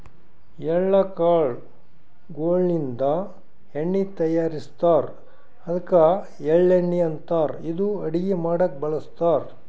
ಎಳ್ಳ ಕಾಳ್ ಗೋಳಿನ್ದ ಎಣ್ಣಿ ತಯಾರಿಸ್ತಾರ್ ಅದ್ಕ ಎಳ್ಳಣ್ಣಿ ಅಂತಾರ್ ಇದು ಅಡಗಿ ಮಾಡಕ್ಕ್ ಬಳಸ್ತಾರ್